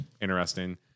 interesting